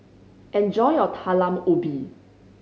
enjoy your Talam Ubi